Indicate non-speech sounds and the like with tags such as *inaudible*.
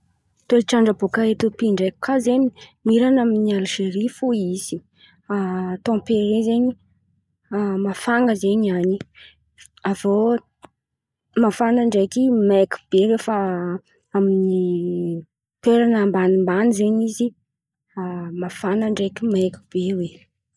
Toetran-dra baka Etopy ndreky kà zen̈y mirana amin'ny Alizery fo izy *hesitation* tapere zen̈y mafana zen̈y an̈y. Avô mafana ndreky maiky be rehefa amin'ny *hesitation* toerana ambanimbany zen̈y izy *hesitation* mafana ndreky maiky be oe.